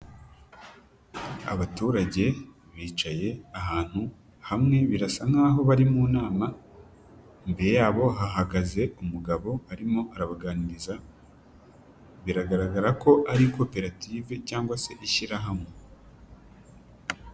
Abaturage bicaye ahantu hamwe birasa nk'aho bari mu nama, imbere yabo hahagaze umugabo arimo arabaganiriza, biragaragara ko ari koperative cyangwa se ishyirahamwe.